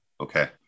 okay